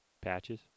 Patches